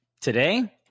today